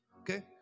Okay